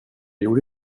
gjorde